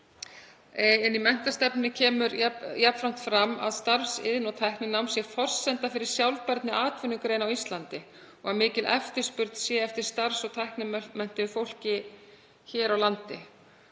Í menntastefnunni kemur jafnframt fram að starfs-, iðn- og tækninám sé forsenda fyrir sjálfbærni atvinnugreina á Íslandi og að mikil eftirspurn sé eftir starfs- og tæknimenntuðu fólki hér á landi.